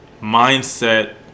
mindset